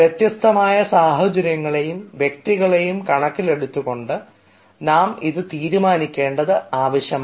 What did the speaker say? വ്യത്യസ്തമായ സാഹചര്യങ്ങളെയും വ്യക്തികളെയും കണക്കിലെടുത്തുകൊണ്ട് നാം ഇത് തീരുമാനിക്കേണ്ടത് ആവശ്യമാണ്